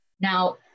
Now